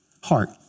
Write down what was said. heart